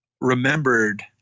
remembered